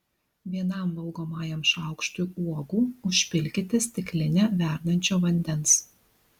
vienam valgomajam šaukštui uogų užpilkite stiklinę verdančio vandens